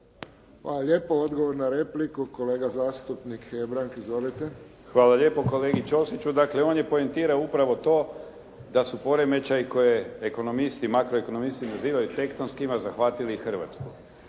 Hvala lijepo. Odgovor na repliku, kolega zastupnik Hebrang. Izvolite. **Hebrang, Andrija (HDZ)** Hvala lijepo kolegi Ćosiću. Dakle, on je poentirao upravo to da su poremećaji koje ekonomisti, makroekonomisti nazivaju tektonskima zahvatili i Hrvatsku.